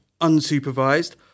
unsupervised